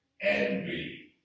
envy